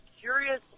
curious